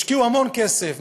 השקיעו המון כסף,